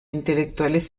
intelectuales